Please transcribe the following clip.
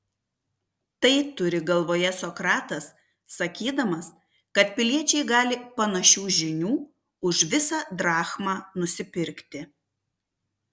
tai turi galvoje sokratas sakydamas kad piliečiai gali panašių žinių už visą drachmą nusipirkti